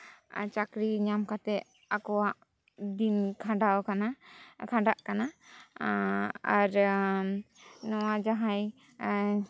ᱪᱟᱹᱠᱨᱤ ᱧᱟᱢᱠᱟᱛᱮ ᱟᱠᱚᱣᱟᱜ ᱫᱤᱱ ᱠᱷᱟᱸᱰᱟᱣᱟᱠᱟᱱᱟ ᱠᱷᱟᱸᱰᱟᱜ ᱠᱟᱱᱟ ᱟᱨ ᱱᱚᱣᱟ ᱡᱟᱸᱦᱟᱭ